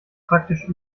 praktisch